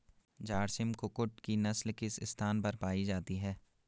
झारसिम कुक्कुट की नस्ल किस स्थान पर पाई जाती है?